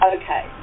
okay